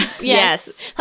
yes